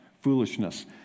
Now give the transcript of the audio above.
foolishness